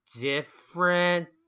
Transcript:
different